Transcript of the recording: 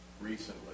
recently